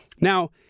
Now